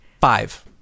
Five